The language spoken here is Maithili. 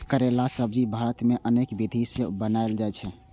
करैलाक सब्जी भारत मे अनेक विधि सं बनाएल जाइ छै